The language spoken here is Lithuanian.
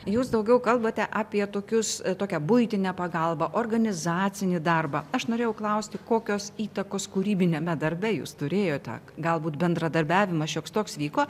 jūs daugiau kalbate apie tokius tokią buitinę pagalbą organizacinį darbą aš norėjau klausti kokios įtakos kūrybiniame darbe jūs turėjote galbūt bendradarbiavimas šioks toks vyko